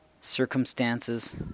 circumstances